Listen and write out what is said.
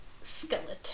skeleton